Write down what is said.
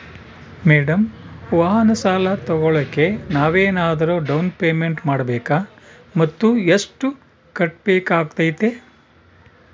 Madam ವಾಹನ ಸಾಲ ತೋಗೊಳೋಕೆ ನಾವೇನಾದರೂ ಡೌನ್ ಪೇಮೆಂಟ್ ಮಾಡಬೇಕಾ ಮತ್ತು ಎಷ್ಟು ಕಟ್ಬೇಕಾಗ್ತೈತೆ?